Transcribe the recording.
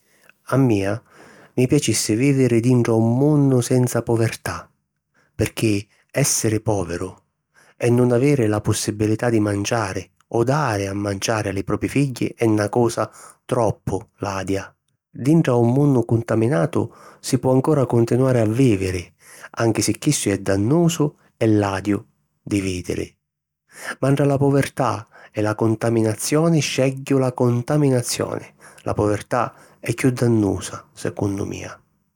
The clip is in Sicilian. A mia mi piacissi vìviri dintra un munnu senza povertà pirchì èssiri pòviru e nun aviri la possibilità di manciari o dari a manciari a li propi figghi è na cosa troppu ladia. Dintra un munnu contaminatu si po ancora continuari a vìviri anchi si chissu è dannusu e ladiu di vìdiri ma ntra la povertà e la contaminazioni scegghiu la contaminazioni, la povertà è chiù dannusa, secunnu mia.